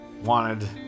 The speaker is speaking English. wanted